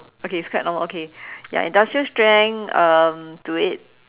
okay it's quite normal okay ya industrial strength um to it